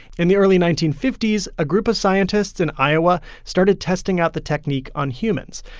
in the early nineteen fifty s, a group of scientists in iowa started testing out the technique on humans.